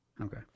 Okay